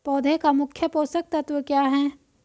पौधे का मुख्य पोषक तत्व क्या हैं?